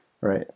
right